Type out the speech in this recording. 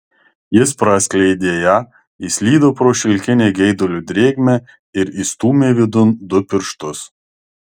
jis praskleidė ją įslydo pro šilkinę geidulio drėgmę ir įstūmė vidun du pirštus